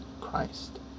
Christ